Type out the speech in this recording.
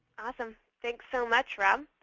awesome. thanks so much, rob.